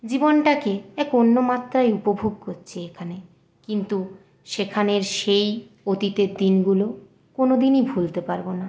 জীবনটাকে এক অন্য মাত্রায় উপভোগ করছি এখানে কিন্তু সেখানের সেই অতীতের দিনগুলো কোনওদিনই ভুলতে পারবো না